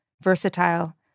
versatile